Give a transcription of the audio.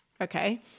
Okay